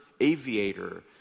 aviator